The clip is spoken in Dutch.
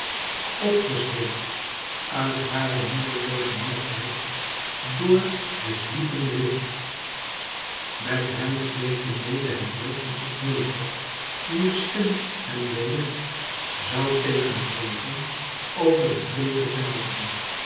gezweept uit hare moedelooze matheid door den zwiependen wind mét hen zweefde mede het beeld van admete wier schim hem wellicht zoû tegen zweven over de bleeke velden